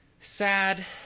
sad